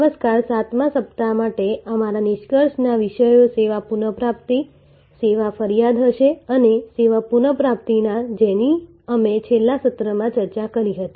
નમસ્કાર 7મા સપ્તાહ માટે અમારા નિષ્કર્ષના વિષયો સેવા પુનઃપ્રાપ્તિ સેવા ફરિયાદ હશે અને સેવા પુનઃપ્રાપ્તિના જેની અમે છેલ્લા સત્રમાં ચર્ચા કરી હતી